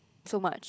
so much